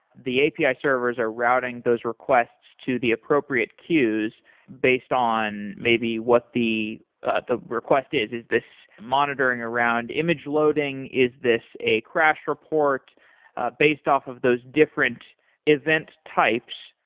the api servers are routing those requests to the appropriate queues based on maybe what the the request is. is this monitoring around image loading? is this a crash report ah based off of those different event types?